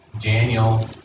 Daniel